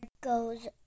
goes